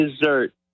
dessert